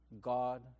God